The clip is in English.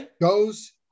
goes